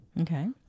okay